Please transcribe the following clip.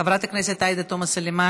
חברת הכנסת עאידה תומא סלימאן,